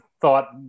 thought